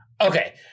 Okay